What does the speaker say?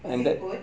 was it good